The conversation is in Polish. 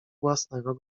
własnego